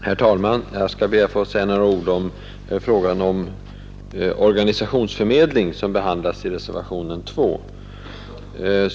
Herr talman! Jag skall be att få säga några ord i frågan om organisationsförmedlingen som behandlas i reservationen 2.